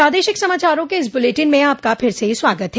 प्रादेशिक समाचारों के इस बुलेटिन में आपका फिर से स्वागत है